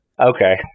Okay